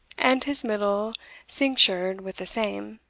and his middle cinctured with the same,